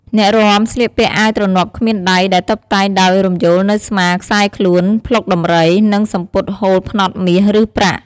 អ្នករាំស្លៀកពាក់អាវទ្រនាប់គ្មានដៃ ដែលតុបតែងដោយរំយោលនៅស្មា ខ្សែខ្លួន ភ្លុកដំរី និងសំពត់ហូលផ្នត់មាស ឬប្រាក់។